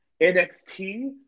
NXT